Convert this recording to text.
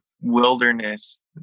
wilderness